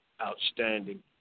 Outstanding